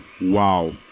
wow